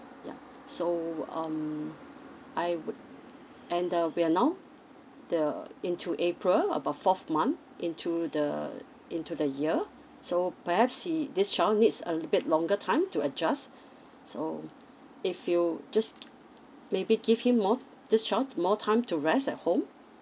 ya so um I would and uh we are now the into april about fourth month into the into the year so perhaps he this child needs a little bit longer time to adjust so if you just maybe give him more this child more time to rest at home